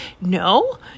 no